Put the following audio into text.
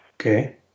Okay